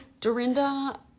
Dorinda